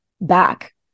back